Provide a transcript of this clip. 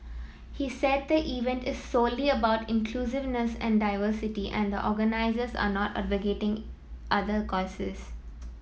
he said the event is solely about inclusiveness and diversity and the organisers are not advocating other causes